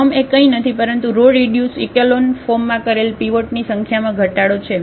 ક્રમ એ કંઇ નથી પરંતુ રો રીડ્યુસ ઇકેલોન ફોર્મમાં કરેલ પીવોટ ની સંખ્યામાં ઘટાડો છે